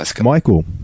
Michael